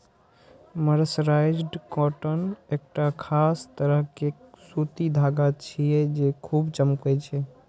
mercerised cotton एकटा खास तरह के सूती धागा छियै, जे खूब चमकै छै